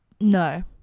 no